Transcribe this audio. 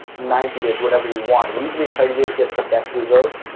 ninety days, whatever you want. usually, thirty days get the best results.